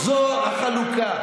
זו החלוקה.